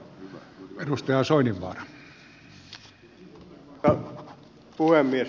arvoisa herra puhemies